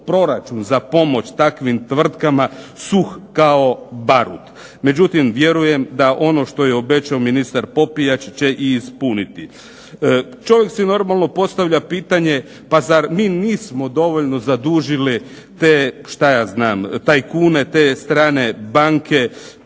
proračun za pomoć takvim tvrtkama suh kao barut. Međutim, vjerujem da ono što je obećao ministar Popijač će i ispuniti. Čovjek si normalno postavlja pitanje pa zar mi nismo dovoljno zadužili te, šta ja znam tajkune, te strane banke,